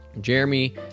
Jeremy